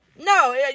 No